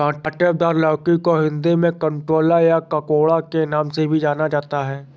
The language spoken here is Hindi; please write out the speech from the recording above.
काँटेदार लौकी को हिंदी में कंटोला या ककोड़ा के नाम से भी जाना जाता है